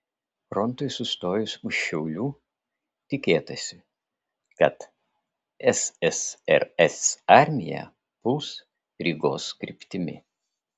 frontui sustojus už šiaulių tikėtasi kad ssrs armija puls rygos kryptimi